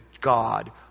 God